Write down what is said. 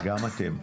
גם אתם,